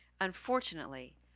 Unfortunately